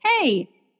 hey